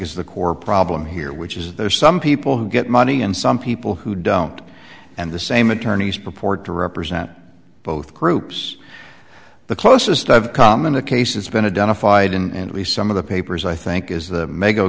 is the core problem here which is there's some people who get money and some people who don't and the same attorneys purport to represent both groups the closest i've come in the case it's been a done a fight and we some of the papers i think is the m